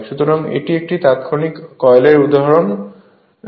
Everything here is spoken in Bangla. সুতরাং এটি একটি তাত্ক্ষণিক কয়েলের উদাহরণ হবে